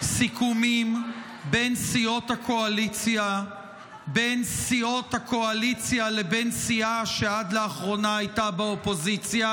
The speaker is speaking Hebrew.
סיכומים בין סיעות הקואליציה לבין סיעה שעד לאחרונה הייתה באופוזיציה?